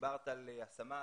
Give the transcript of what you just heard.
דיברת על השמה,